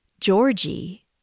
Georgie